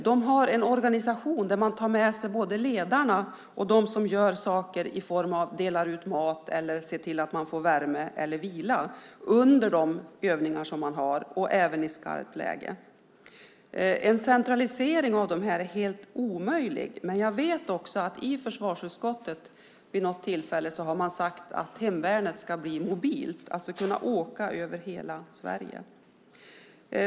De har en organisation där de tar med sig både ledarna och de som gör saker, delar ut mat eller ser till att man får värme eller vila både under de övningar som man har och i skarpt läge. En centralisering av dessa är helt omöjlig, men jag vet att man i försvarsutskottet vid något tillfälle sagt att hemvärnet ska bli mobilt, alltså kunna åka över hela Sverige.